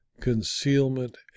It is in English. Concealment